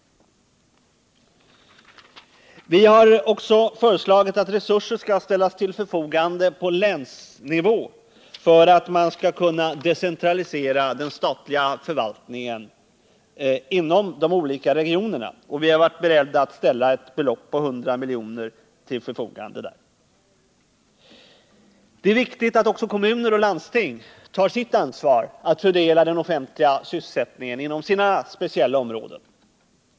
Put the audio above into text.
Vi har också föreslagit att resurser skall ställas till förfogande på länsnivå för att man skall kunna deceniralisera den statliga förvaltningen inom de olika regionerna, och vi är beredda att ställa 100 milj.kr. till förfogande härför. Det är viktigt att också kommuner och landsting tar sitt ansvar för att inom sina speciella områden fördela den offentliga sysselsättningen.